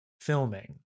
filming